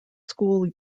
school